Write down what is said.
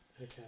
Okay